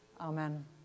Amen